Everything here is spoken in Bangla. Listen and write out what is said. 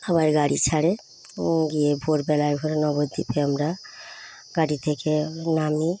আবার গাড়ি ছাড়ে নবদ্বীপে আমরা গাড়ি থেকে নামি